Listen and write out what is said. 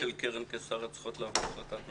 למה תרומות של קרן קיסריה צריכות לעבור החלטת ממשלה?